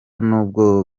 nubwo